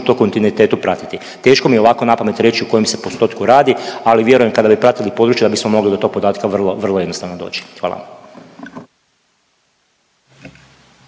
to u kontinuitetu pratiti. Teško mi je ovako napamet reći o kojem se postotku radi, ali vjerujem kada bi pratili područja da bismo mogli do tog podatka vrlo vrlo jednostavno doći, hvala